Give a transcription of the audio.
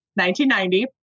1990